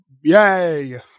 yay